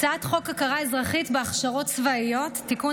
הצעת חוק הכרה אזרחית בהכשרות צבאיות (תיקון,